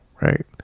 right